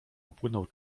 upłynął